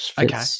Okay